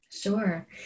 Sure